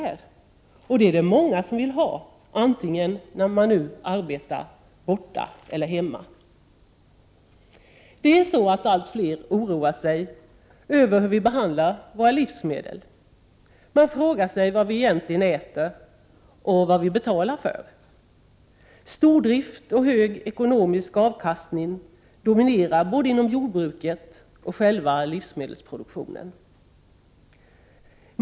Det är många som vill ha det, vare sig de arbetar borta eller hemma. Allt fler oroar sig över hur våra livsmedel behandlas. Man frågar sig vad vi egentligen äter och vad vi betalar för. Stordrift och hög ekonomisk avkastning dominerar både inom jordbruket och inom själva livsmedelsproduktionen.